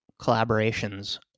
collaborations